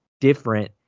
different